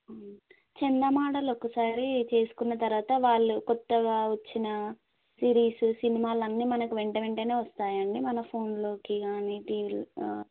చందా మోడలు ఒకసారి చేసుకున్న తర్వాత వాళ్ళు కొత్తగా వచ్చిన సిరీసు సినిమాలు అన్నీ మనకు వెంట వెంటనే వస్తాయా అండి మన ఫోన్లో కానీ టీవీలో